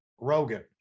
Rogan